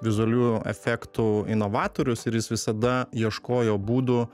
vizualių efektų inovatorius ir jis visada ieškojo būdų